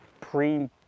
pre